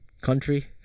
country